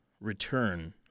return